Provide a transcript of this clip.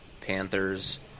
Panthers